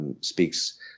Speaks